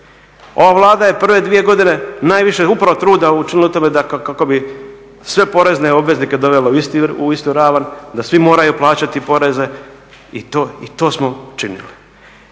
Ova Vlada je prve dvije godine najviše upravo truda učinila u tome da kako bi sve porezne obveznike dovela u istu ravan da svi moraju plaćati poreze i to smo učinili.